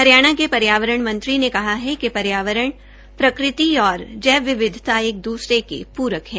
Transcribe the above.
हरियाणा के पर्यावरण मंत्री ने कहा है कि पर्यावरण प्रकृति और जैव विविधता एक दूसरे के पूरक है